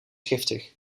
giftig